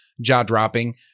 jaw-dropping